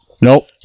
Nope